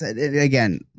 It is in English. Again